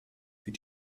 wie